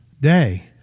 day